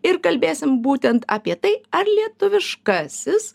ir kalbėsim būtent apie tai ar lietuviškasis